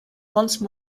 once